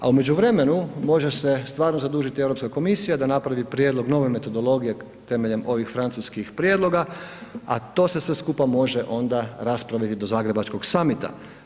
A u međuvremenu može se stvarno zadužiti Europska komisija da napravi prijedlog nove metodologije temeljem ovih francuskih prijedloga a to se sve skupa može onda raspraviti do Zagrebačkog summita.